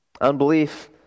Unbelief